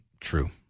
true